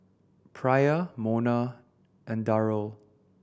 Pryor Monna and Darold